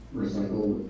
recycled